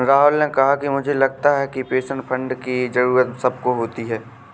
राहुल ने कहा कि मुझे लगता है कि पेंशन फण्ड की जरूरत सबको होती है